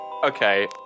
Okay